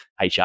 HR